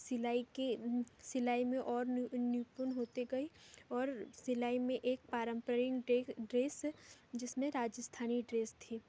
सिलाई के सिलाई में और नु निपुण होती गई और सिलाई में एक पारंपरिक ड्रेस ड्रेस जिसमें राजस्थानी ड्रेस थी